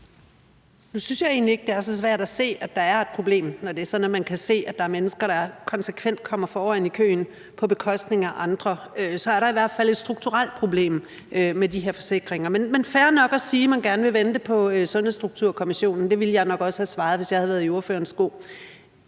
Normann Andersen (SF): Nu synes jeg egentlig ikke, det er så svært at se, at der er et problem, når det er sådan, at man kan se, at der er mennesker, der konsekvent kommer foran i køen på bekostning af andre. Så er der i hvert fald et strukturelt problem med de her forsikringer. Men det er fair nok at sige, at man gerne vil vente på Sundhedsstrukturkommissionen – det ville jeg nok også have svaret, hvis jeg havde været i ordførerens sko.